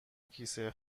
کیسه